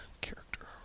character